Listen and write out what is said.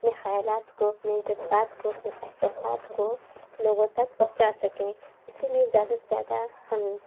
اپنے خیالات کو اپنے جذبات کو اپنے احساسات کو لوگوں تک پہنچا سکیں اِسی لیے زیادہ سے زیادہ ہم